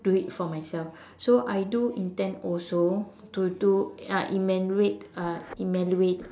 do it for myself so I do intend also to do uh immaculate uh immaculate